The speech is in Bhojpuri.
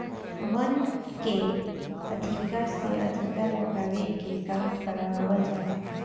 वन के अधिका से अधिका लगावे के काम करवावल जाला